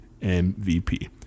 MVP